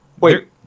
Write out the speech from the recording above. Wait